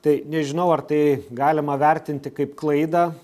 tai nežinau ar tai galima vertinti kaip klaidą